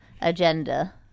agenda